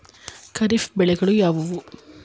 ಖಾರಿಫ್ ಬೆಳೆಗಳು ಯಾವುವು?